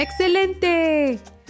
Excelente